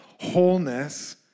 wholeness